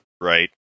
Right